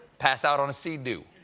pass out on a sea-doo.